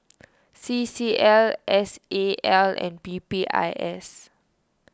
C C L S A L and P P I S